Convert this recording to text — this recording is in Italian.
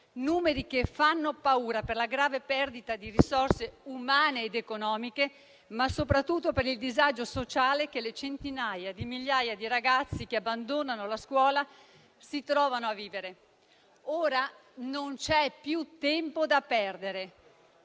numeri che fanno paura per la grave perdita di risorse umane ed economiche, ma soprattutto per il disagio sociale che le centinaia di migliaia di ragazzi che abbandonano la scuola si trovano a vivere. Ora non c'è più tempo da perdere.